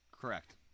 Correct